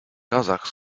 kazakh